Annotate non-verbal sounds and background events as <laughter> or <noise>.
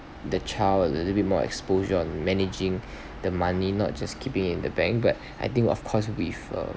the child a little bit more exposure on managing <breath> the money not just keep it in the bank but I think of course with uh